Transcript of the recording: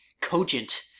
cogent